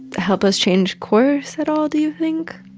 help us change course at all, do you think?